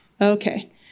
Okay